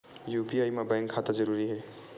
UPI मा bank खाता जरूरी हे?